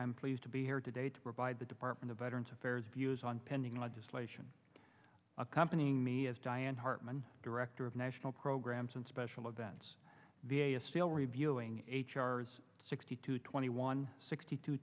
i'm pleased to be here today to provide the department of veterans affairs views on pending legislation accompanying me as diane hartmann director of national programs and special events the a a still reviewing h r sixty two twenty one sixty two